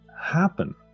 happen